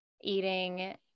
eating